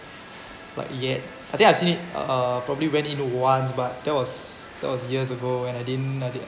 but yet I think I've seen it uh probably went into once but that was that was years ago and I think I did